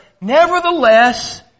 nevertheless